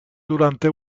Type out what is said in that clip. durante